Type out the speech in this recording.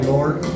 Lord